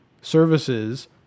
services